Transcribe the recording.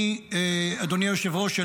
אדוני היושב-ראש,